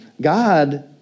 God